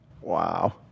Wow